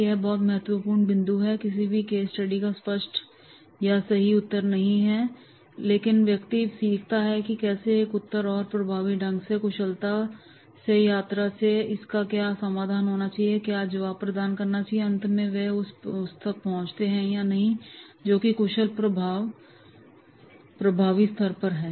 यह बहुत महत्वपूर्ण बिंदु है किसी भी केस स्टडी का स्पष्ट या सही उत्तर नहीं भी हो सकता है लेकिन व्यक्ति सीखता है कि कैसे एक उत्तर की ओर प्रभावी ढंग से और कुशलता से यात्रा की जाए इसका क्या समाधान होना चाहिए क्या जवाब प्रदान किया जाना चाहिए और अंत में वे उस तक पहुंचते है या नहीं जो कि कुशल और प्रभावी उत्तर है